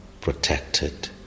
protected